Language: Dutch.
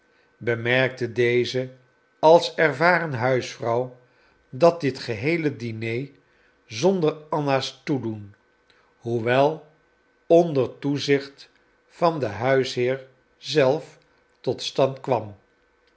bemerkte deze als ervaren huisvrouw dat dit geheele diner zonder anna's toedoen hoewel onder toezicht van den huisheer zelf tot stand kwam